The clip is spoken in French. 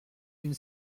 une